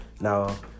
Now